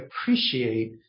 appreciate